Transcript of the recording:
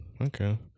okay